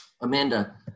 Amanda